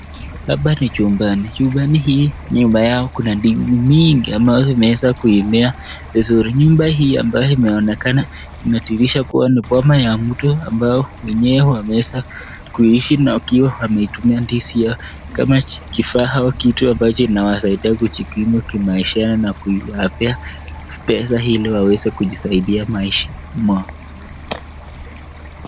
Hapa ni jumbani. Jumbani hii nyuma yao kuna ndizi mingi ambayo imeweza kuimea vizuri. Nyumba hii ambayo imeaonekana inadhihirisha kuwa ni boma ya mtu ambao mwenyewe ameweza kuishi na wakiwa wametumia ndizi hiyo kama kifaa au kitu ambacho inawasaidia kujikimu kimaisha na kiafya pesa ili waweze kujisaidia maishani mwao.